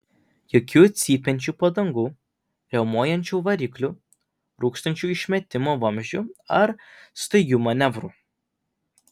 jokių cypiančių padangų riaumojančių variklių rūkstančių išmetimo vamzdžių ar staigių manevrų